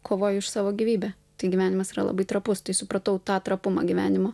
kovoji už savo gyvybę tai gyvenimas yra labai trapus tai supratau tą trapumą gyvenimo